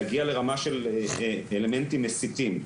להגיע לרמה של אלמנטים מסיתים,